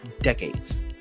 decades